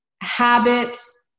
habits